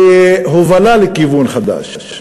בהובלה לכיוון חדש.